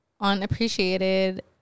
unappreciated